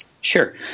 Sure